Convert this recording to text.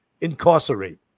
incarcerate